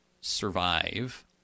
survive